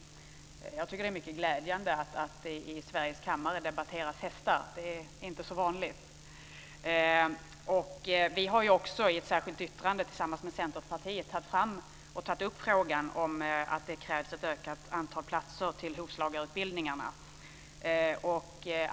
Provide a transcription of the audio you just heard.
Jag tycker att det är mycket glädjande att det i denna kammare debatteras hästar. Det är inte så vanligt. Vi har också i ett särskilt yttrande tillsammans med Centerpartiet tagit upp att det krävs ett ökat antal platser till hovslagarutbildningarna.